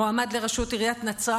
מועמד לראשות עיריית נצרת,